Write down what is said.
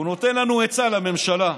והוא נותן לנו עצה, לממשלה.